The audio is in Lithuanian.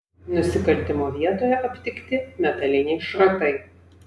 nusikaltimo vietoje aptikti metaliniai šratai